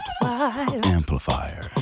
Amplifier